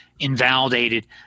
invalidated